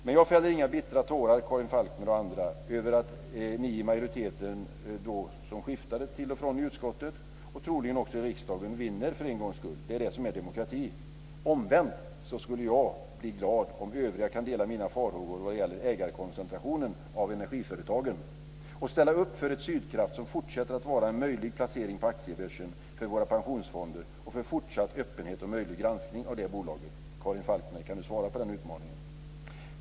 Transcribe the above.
Men jag fäller inga bittra tårar, Karin Falkmer och andra, över att ni i majoriteten, som till och från skiftade i utskottet, för en gångs skull troligen vinner. Det är det som är demokrati. Omvänt skulle jag bli glad om övriga kan dela mina farhågor vad gäller ägarkoncentrationen av energiföretagen och kan ställa upp för ett Sydkraft som fortsätter att vara en möjlig placering på aktiebörsen för våra pensionsfonder och för fortsatt öppenhet och möjlig granskning av detta bolag. Kan Karin Falkmer svara på den utmaningen?